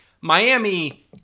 Miami